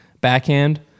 backhand